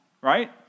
right